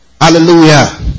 hallelujah